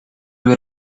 were